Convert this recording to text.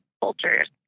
cultures